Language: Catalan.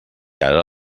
ara